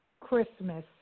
Christmas